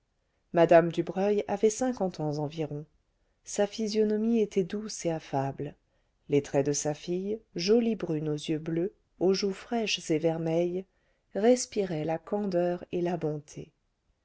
mme dubreuil avait cinquante ans environ sa physionomie était douce et affable les traits de sa fille jolie brune aux yeux bleus aux joues fraîches et vermeilles respiraient la candeur et la bonté